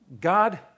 God